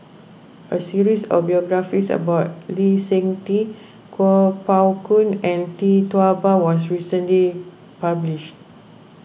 a series of biographies about Lee Seng Tee Kuo Pao Kun and Tee Tua Ba was recently published